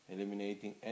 Eliminating